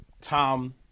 Tom